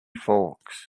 forks